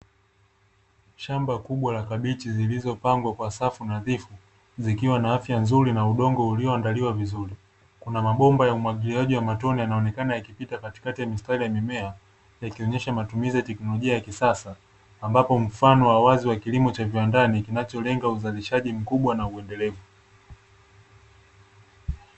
Shamba kubwa la kabichi lililopangwa kwa safu nadhifu zikiwa na afya nzuri na udongo ulioandaliwa vizuri. Kuna mabomba ya umwagiliaji wa matone yanaonekana yakipita katikati ya mistari ya mimea yakionyesha matumizi ya teknolojia ya kisasa, ambapo mfano wa wazi wa kilimo cha viwandani kinacholenga uzalishaji mkubwa na muendelevu.